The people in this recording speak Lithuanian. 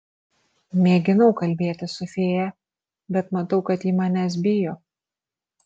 mėginau kalbėtis su fėja bet matau kad ji manęs bijo